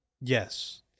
Yes